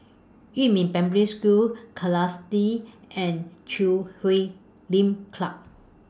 Yumin Primary School Kerrisdale and Chui Huay Lim Club